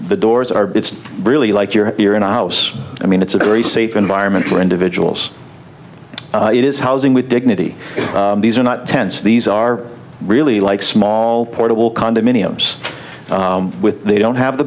the doors are it's really like you're here in a house i mean it's a very safe environment for individuals it is housing with dignity these are not tents these are really like small portable condominiums with they don't have the